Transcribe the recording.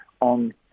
on